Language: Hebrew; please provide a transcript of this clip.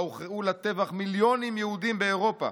בה הוכרעו לטבח מיליונים יהודים באירופה,